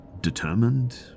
determined